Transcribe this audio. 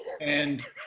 And-